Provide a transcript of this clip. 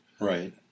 Right